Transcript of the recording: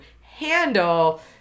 handle